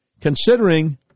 considering